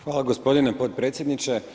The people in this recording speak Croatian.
Hvala gospodine potpredsjedniče.